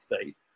state